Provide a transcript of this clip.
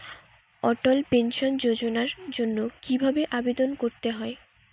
অটল pension যোজনার জন্য কি ভাবে আবেদন করতে হয়?